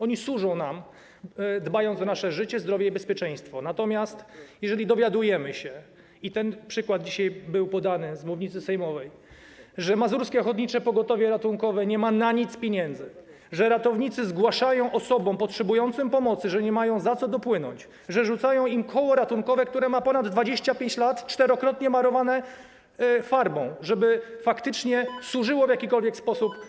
Oni nam służą, dbają o nasze życie, zdrowie i bezpieczeństwo, natomiast dowiadujemy się - ten przykład był dzisiaj podany w wypowiedzi z mównicy sejmowej - że Mazurskie Ochotnicze Pogotowie Ratunkowe nie ma na nic pieniędzy, że ratownicy zgłaszają osobom potrzebującym pomocy, że nie mają za co do nich dopłynąć, że rzucają im koło ratunkowe, które ma ponad 25 lat, czterokrotnie malowane farbą po to, żeby faktycznie służyło pomocą w jakikolwiek sposób.